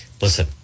Listen